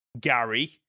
Gary